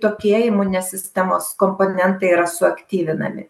tokie imuninės sistemos komponentai yra suaktyvinami